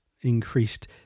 increased